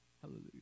Hallelujah